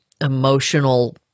emotional